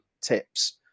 Tips